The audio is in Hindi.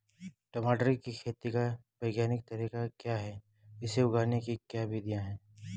टमाटर की खेती का वैज्ञानिक तरीका क्या है इसे उगाने की क्या विधियाँ हैं?